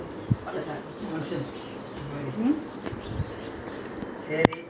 diwali was enjoyable last time now no fun already